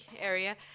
area